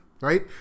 right